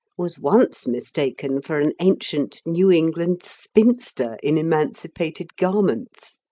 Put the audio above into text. was once mistaken for an ancient new england spinster in emancipated garments.